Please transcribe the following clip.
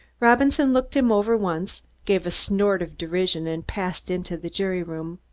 robinson looked him over once, gave a snort of derision and passed into the jury room.